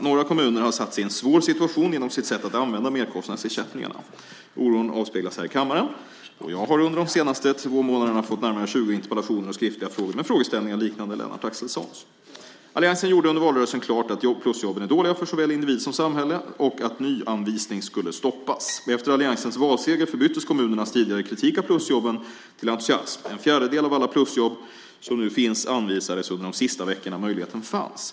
Några kommuner har satt sig i en svår situation genom sitt sätt att använda merkostnadsersättningarna. Oron avspeglas här i kammaren. Jag har under de senaste två månaderna fått närmare tjugo interpellationer och skriftliga frågor med frågeställningar liknade Lennart Axelssons. Alliansen gjorde under valrörelsen klart att plusjobben är dåliga för såväl individ som samhälle och att nyanvisning skulle stoppas. Efter alliansens valseger förbyttes kommunernas tidigare kritik av plusjobben till entusiasm. En fjärdedel av alla plusjobb som nu finns anvisades under de sista veckorna möjligheten fanns.